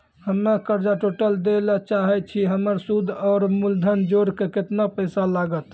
हम्मे कर्जा टोटल दे ला चाहे छी हमर सुद और मूलधन जोर के केतना पैसा लागत?